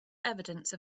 evidence